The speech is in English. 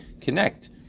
connect